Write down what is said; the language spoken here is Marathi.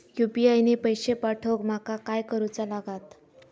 यू.पी.आय ने पैशे मिळवूक माका काय करूचा लागात?